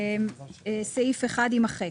סעיף 1 יימחק.